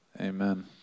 Amen